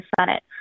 Senate